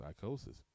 psychosis